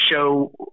show